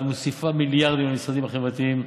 מוסיפה מיליארדים למשרדים החברתיים.